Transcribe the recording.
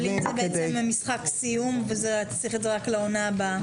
אבל אם זה משחק סיום וצריך את זה רק לעונה הבאה?